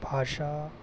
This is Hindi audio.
भाषा